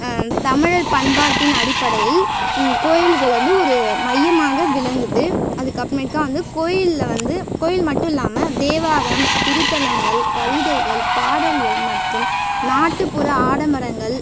தமிழர் பண்பாட்டின் அடிப்படையில் கோவில்கள் வந்து ஒரு மையமாக விளங்குது அதுக்கப்புறமேட்டுக்கா வந்து கோவில்ல வந்து கோவில் மட்டும் இல்லாமல் தேவாரம் திருத்தலங்கள் கவிதைகள் பாடல்கள் மற்றும் நாட்டுப்புற ஆடம்பரங்கள்